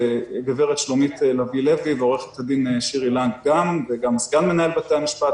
גברת שלומית לביא לוי ועו"ד שירי לנג וגם סגן מנהל בתי המשפט.